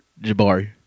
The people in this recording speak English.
Jabari